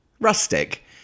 rustic